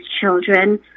children